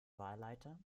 wahlleiter